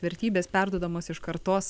vertybės perduodamos iš kartos